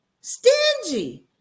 stingy